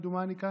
כמדומני.